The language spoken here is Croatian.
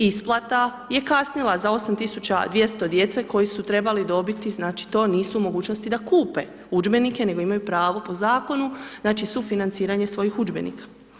Isplata je kasnila za 8200 djece koji su trebali dobiti, znači to nisu u mogućnosti da kupe udžbenike nego imaju pravo po zakonu, znači sufinanciranje svojih udžbenika.